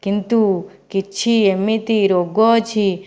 କିନ୍ତୁ କିଛି ଏମିତି ରୋଗ ଅଛି